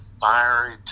fiery